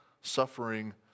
suffering